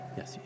Yes